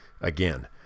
again